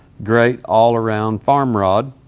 great, all around farm rod.